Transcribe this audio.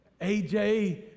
AJ